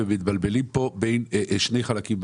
בין שני חלקים.